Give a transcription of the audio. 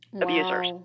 abusers